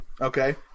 Okay